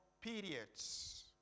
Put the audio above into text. periods